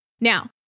Now